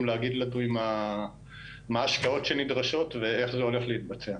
להגיד מה ההשקעות שנדרשות ואיך זה הולך להתבצע.